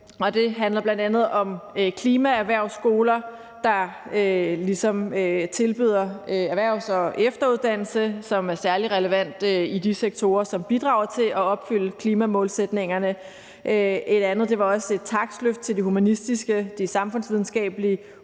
det handler bl.a. om klimaerhvervsskoler, der tilbyder erhvervs- og efteruddannelse, som er særlig relevant for de sektorer, som bidrager til at opfylde klimamålsætningerne. Et andet aftryk var et takstløft til de humanistiske og de samfundsvidenskabelige